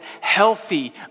healthy